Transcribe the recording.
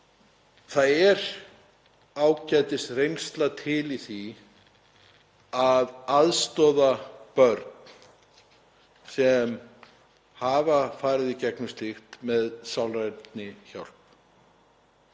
Það er ágætisreynsla sem fæst af því að aðstoða börn sem hafa farið í gegnum slíkt með sálrænni hjálp